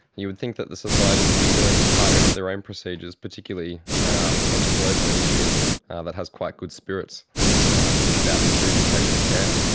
you would think that the societies would be willing to target their own procedures, particularly for such a global initiative that has quite good spirits and is about improving patient care.